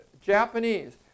Japanese